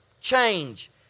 change